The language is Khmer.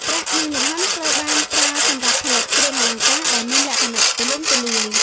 ប្រាក់នឹងលង្ហិនត្រូវបានប្រើសម្រាប់ផលិតគ្រឿងអលង្ការដែលមានលក្ខណៈទូលំទូលាយ។